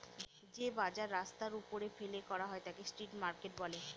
যে বাজার রাস্তার ওপরে ফেলে করা হয় তাকে স্ট্রিট মার্কেট বলে